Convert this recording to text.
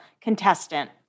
contestant